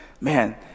man